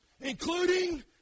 Including